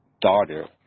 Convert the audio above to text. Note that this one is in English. daughter